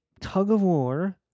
tug-of-war